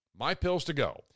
MyPillsToGo